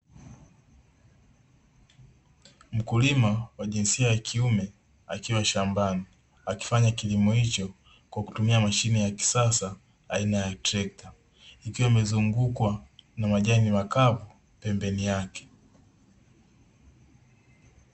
Mkulima wa jinsia ya kiume akiwa shambani, akifanya kilimo hicho kwa kutumia mashine ya kisasa aina ya trekta, ikiwa imezungukwa na majani makavu pembeni yake.